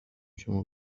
شما